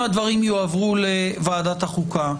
האם הדברים יועברו לוועדת החוקה.